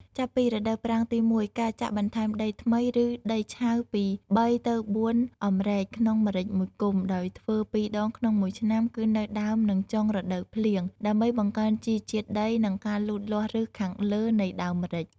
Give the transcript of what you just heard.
ចាប់ពីរដូវប្រាំងទី១ ការចាក់បន្ថែមដីថ្មី ឬដីឆៅពី ៣ទៅ៤ អំរែក ក្នុងម្រេច១គុម្ព ដោយធ្វើ២ដងក្នុង១ឆ្នាំ គឺនៅដើមនឹងចុង រដូវភ្លៀង ដើម្បីបង្កើនជីជាតិដី និង ការលូតលាស់ឫសខាងលើនៃដើមម្រេច។